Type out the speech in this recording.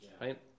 right